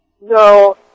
No